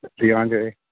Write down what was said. DeAndre